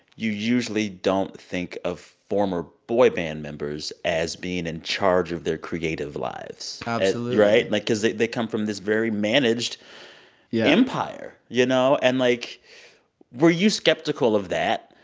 you usually don't think of former boy band members as being in charge of their creative lives absolutely right? like, because they they come from this very managed yeah empire, you know, and, like were you skeptical of that,